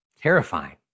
Terrifying